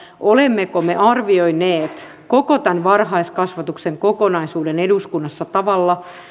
olemmeko me arvioineet koko tämän varhaiskasvatuksen kokonaisuuden eduskunnassa tavalla